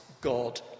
God